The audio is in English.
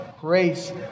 grace